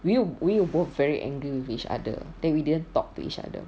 we'll we'll both very angry with each other then we didn't talk to each other